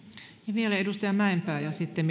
vielä edustaja mäenpää ja sitten